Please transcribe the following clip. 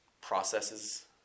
processes